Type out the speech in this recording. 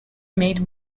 made